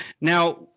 Now